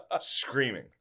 screaming